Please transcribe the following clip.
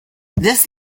this